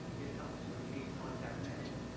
it helps with case contact management.